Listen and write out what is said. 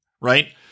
right